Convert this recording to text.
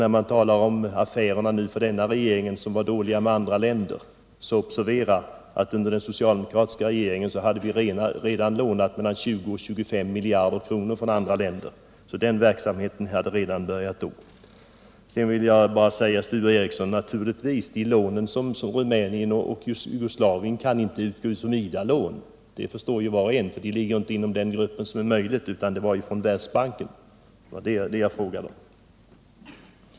När man talar om att den nuvarande regeringens affärer med andra länder är dåliga, så ber jag er observera att vårt land redan under den socialdemokratiska regeringens tid hade lånat mellan 20 och 25 miljarder kronor från andra länder. Den verksamheten var således redan påbörjad. Så vill jag bara säga till Sture Ericson att lånen till Rumänien och Jugoslavien inte kan utgå som IDA-lån. Det förstår var och en, för dessa länder tillhör inte den grupp för vilken detta är möjligt, utan det var från Världsbanken. Det var det jag frågade om.